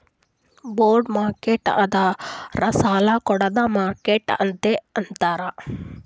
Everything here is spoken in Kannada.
ಬೊಂಡ್ ಮಾರ್ಕೆಟ್ ಅಂದುರ್ ಸಾಲಾ ಕೊಡ್ಡದ್ ಮಾರ್ಕೆಟ್ ಅಂತೆ ಅಂತಾರ್